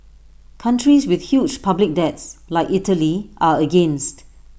countries with huge public debts like Italy are against